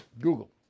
Google